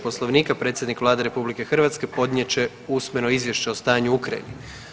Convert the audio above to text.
Poslovnika predsjednik Vlade RH podnijet će usmeno Izvješće o stanju u Ukrajini.